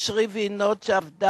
מר וינוד קוודה